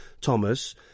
Thomas